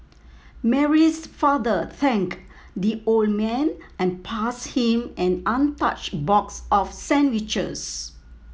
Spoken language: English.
Mary's father thanked the old man and passed him an untouched box of sandwiches